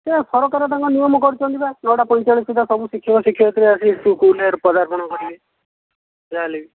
ସେ ସରକାର ତାଙ୍କ ନିୟମ କରିଛନ୍ତି ପରା ନଅଟା ପଇଁଚାଳିଶ ସୁଦ୍ଧା ସବୁ ଶିକ୍ଷକ ଶିକ୍ଷୟତ୍ରୀ ଆସି ସ୍କୁଲରେ ପଦାର୍ପଣ କରିବେ ଯାହାହେଲେ ବି